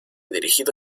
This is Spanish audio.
dirigido